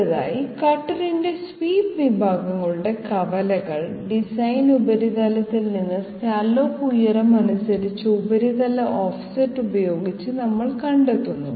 അടുത്തതായി കട്ടറിന്റെ സ്വീപ്പ് വിഭാഗങ്ങളുടെ കവലകൾ ഡിസൈൻ ഉപരിതലത്തിൽ നിന്ന് സ്കല്ലോപ്പ് ഉയരം അനുസരിച്ച് ഉപരിതല ഓഫ്സെറ്റ് ഉപയോഗിച്ച് നമ്മൾ കണ്ടെത്തുന്നു